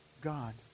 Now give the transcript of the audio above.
God